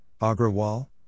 Agrawal